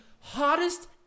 hottest